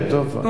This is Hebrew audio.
תנו לו.